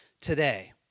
today